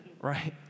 right